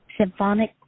symphonic